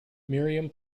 miriam